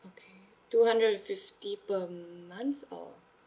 okay two hundred and fifty per month or